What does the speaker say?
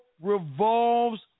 revolves